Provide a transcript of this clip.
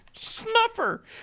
snuffer